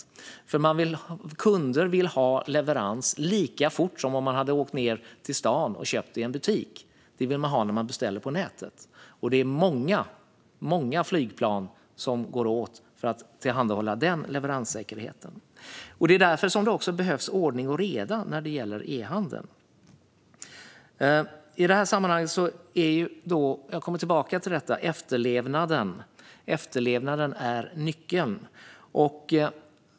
De kunder som beställer på nätet vill ha sin leverans lika fort som om de hade åkt ned på stan och handlat i butik, och det behövs många flygplan för att tillhandahålla denna leveranssäkerhet. Därför behövs det ordning och reda i e-handeln. Efterlevnaden är nyckeln.